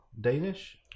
Danish